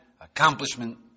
accomplishment